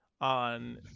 on